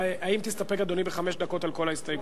האם תסתפק, אדוני, בחמש דקות על כל ההסתייגויות?